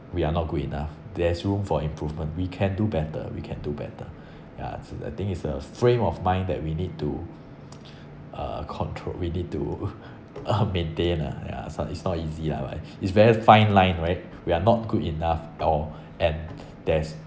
we are not good enough there's room for improvement we can do better we can do better ya so the thing is a frame of mind that we need to uh control we need to um maintain lah ya it's not easy lah but it's very fine line right we're not good enough or and there's